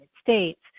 States